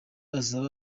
asaba